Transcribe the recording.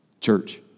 Church